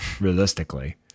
realistically